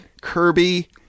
Kirby